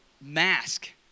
mask